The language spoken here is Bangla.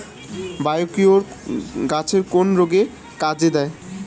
বায়োকিওর গাছের কোন রোগে কাজেদেয়?